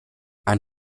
ein